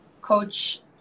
Coach